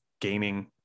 gaming